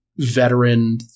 veteran